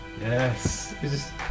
yes